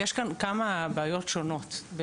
יש כאן כמה בעיות שונות,